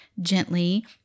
gently